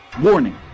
Warning